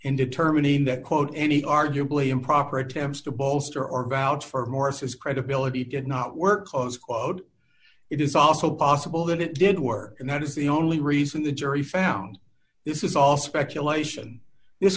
in determining that quote any arguably improper attempts to bolster or vouch for morris his credibility did not work close quote it is also possible that it did work and that is the only reason the jury found this is all speculation this